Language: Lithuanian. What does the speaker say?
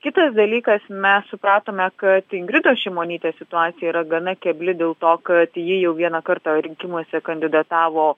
kitas dalykas mes supratome kad ingridos šimonytės situacija yra gana kebli dėl to kad ji jau vieną kartą rinkimuose kandidatavo